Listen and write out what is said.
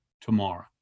tomorrow